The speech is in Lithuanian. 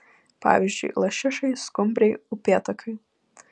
pavyzdžiui lašišai skumbrei upėtakiui